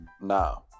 No